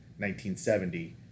1970